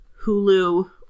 Hulu